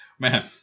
Man